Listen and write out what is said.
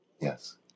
Yes